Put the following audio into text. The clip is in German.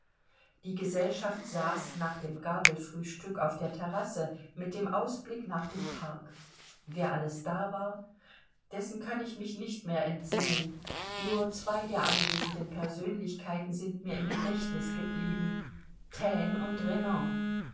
die gesellschaft saß nach dem gabelfrühstück auf der terrasse mit dem ausblick nach dem park wer alles da war dessen kann ich mich nicht mehr entsinnen nur zwei der anwesenden persönlichkeiten sind mir im gedächtnis geblieben taine und renan